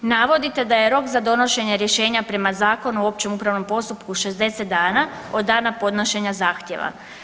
Navodite da je rok za donošenje rješenja prema Zakonu o općem upravnom postupku 60 dana od dana podnošenja zahtjeva.